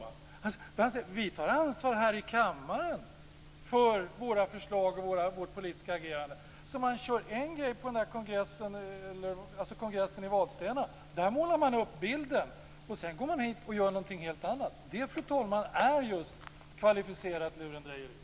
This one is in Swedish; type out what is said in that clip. Han säger: Vi tar ansvar här i kammaren för våra förslag och vårt politiska agerande. Man kör en grej på kongressen i Vadstena. Där målar man upp bilden. Sedan går man hit och gör någonting helt annat. Det, fru talman, är kvalificerat lurendrejeri!